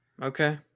Okay